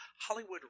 Hollywood